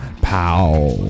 Pow